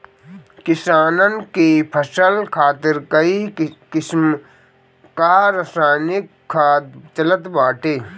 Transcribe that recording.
किसानन के फसल खातिर कई किसिम कअ रासायनिक खाद चलत बाटे